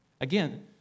Again